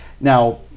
Now